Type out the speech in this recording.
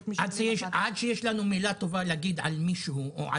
אם יהיה שירות טוב יותר זה יגרום לכך שאנשים יעברו לתחבורה הציבורית.